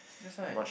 that's why